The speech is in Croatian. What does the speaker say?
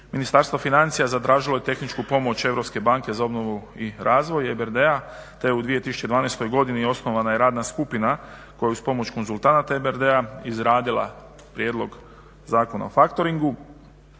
Ministarstvo financija zatražilo je tehničku pomoć Europske banke za obnovu i razvoj EBRD-a te u 2012. godini je osnovana je radna skupina koju uz pomoć konzultanata EBRD-a izradila prijedlog Zakona o factoringu.